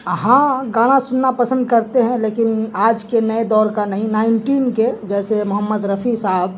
ہاں گانا سننا پسند کرتے ہیں لیکن آج کے نئے دور کا نہیں نائنٹین کے جیسے محمد رفیع صاحب